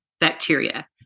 bacteria